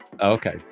Okay